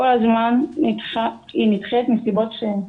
כל הזמן היא נדחית מסיבות שונות.